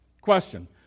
question